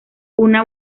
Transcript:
una